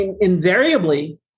invariably